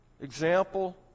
Example